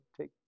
take